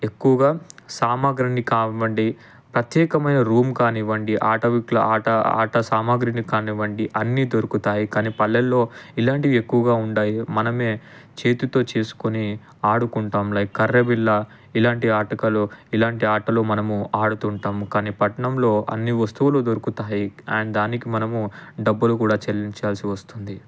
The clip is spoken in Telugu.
ఎక్కువగా సామాగ్రాన్ని కావండి ప్రత్యేకమైన రూమ్ కానివ్వండి ఆటవికుల ఆట ఆట సామాగ్రిని కానివ్వండి అన్ని దొరుకుతాయి కాని పల్లెల్లో ఇలాంటివి ఎక్కువగా ఉండవు మనమే చేతితో చేసుకొని ఆడుకుంటాం లైక్ కర్ర బిళ్ళ ఇలాంటి ఆటకాలు ఇలాంటి ఆటలు మనము ఆడుతుంటాము కాని పట్టణంలో అన్ని వస్తువులు దొరుకుతాయి అండ్ దానికి మనము డబ్బులు కూడా చెల్లించాల్సి వస్తుంది